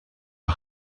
sur